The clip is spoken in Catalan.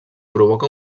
provoca